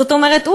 זאת אומרת,